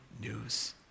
news